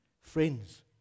friends